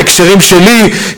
בהקשרים שלי,